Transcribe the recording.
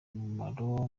umumaro